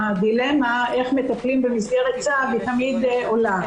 הדילמה איך מטפלים במסגרת צו תמיד עולה.